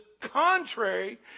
contrary